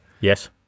Yes